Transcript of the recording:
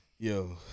Yo